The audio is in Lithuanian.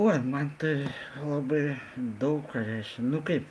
oi man tai labai daug ką reiškia nu kaip